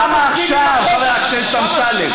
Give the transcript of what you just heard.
למה עכשיו, חבר הכנסת אמסלם?